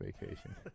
vacation